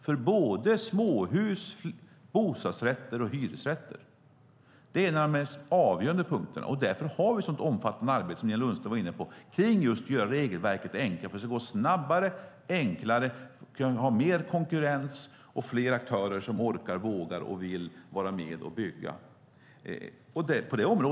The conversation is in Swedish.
För byggande av småhus, bostadsrätter och hyresrätter är detta den avgörande punkten. Därför har vi ett så omfattande arbete, som Nina Lundström var inne på, för att göra regelverket enklare så att det går snabbare och blir enklare, att det blir mer konkurrens och fler aktörer som orkar, vågar och vill vara med och bygga.